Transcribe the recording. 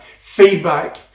Feedback